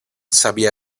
sabía